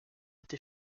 été